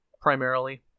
primarily